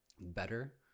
better